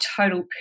total